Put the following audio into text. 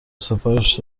سفارش